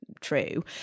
true